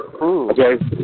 Okay